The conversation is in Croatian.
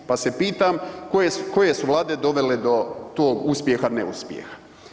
Pa se pitam, koje su Vlade dovele do tog uspjeha neuspjeha?